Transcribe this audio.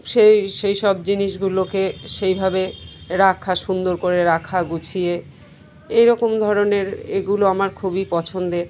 সেই সেই সব জিনিসগুলোকে সেই ভাবে রাখা সুন্দর করে রাখা গুছিয়ে এই রকম ধরনের এগুলো আমার খুবই পছন্দের